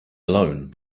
alone